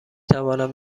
توانم